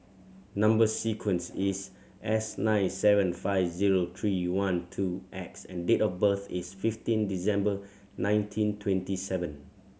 number sequence is S nine seven five zero three one two X and date of birth is fifteen December nineteen twenty seven